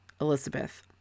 elizabeth